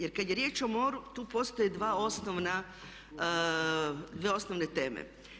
Jer kad je riječ o moru tu postoje dvije osnovne teme.